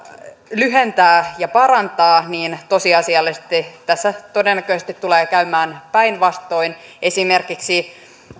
lyhentää ja parantaa niin tosiasiallisesti tässä todennäköisesti tulee käymään päinvastoin esimerkiksi